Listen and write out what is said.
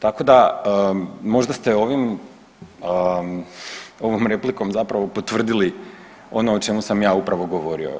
Tako da možda ste ovom replikom zapravo potvrdili ono o čemu sam ja zapravo govorio.